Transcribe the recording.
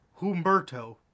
Humberto